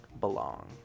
belong